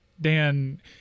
Dan